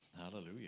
Hallelujah